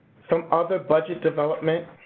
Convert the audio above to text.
some other budget development